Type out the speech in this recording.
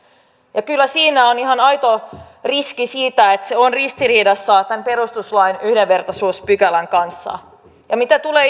ja kyllä siinä on ihan aito riski siitä että se on ristiriidassa perustuslain yhdenvertaisuuspykälän kanssa ja mitä tulee